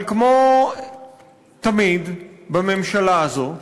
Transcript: אבל כמו תמיד בממשלה הזאת,